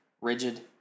rigid